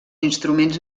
instruments